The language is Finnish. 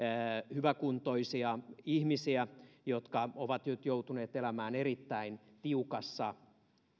hyväkuntoisia ihmisiä jotka ovat nyt joutuneet elämään erittäin tiukassa